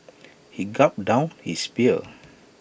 he gulped down his beer